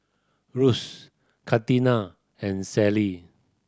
Russ Catina and Sally